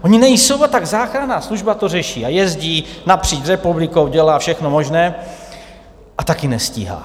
Oni nejsou, a tak záchranná služba to řeší a jezdí napříč republikou, dělá všechno možné, a také nestíhá.